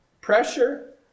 pressure